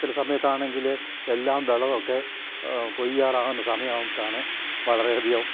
ചില സമയത്താണെങ്കിൽ എല്ലാം വിളവൊക്കെ കൊയ്യാറാകുന്ന സമയത്താണ് വളരെയധികം